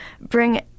bring